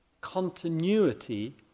continuity